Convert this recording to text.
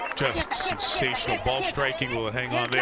sensational ball striking will. ah yeah